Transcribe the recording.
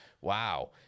wow